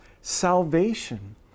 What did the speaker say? salvation